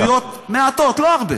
זכויות מעטות, לא הרבה,